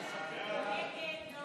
הצעת סיעת הרשימה המשותפת להביע